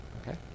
okay